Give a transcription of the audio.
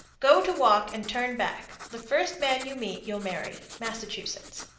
go to walk and turn back. the first man you meet you'll marry. massachusetts.